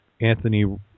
Anthony